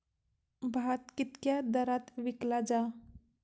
भात कित्क्या दरात विकला जा?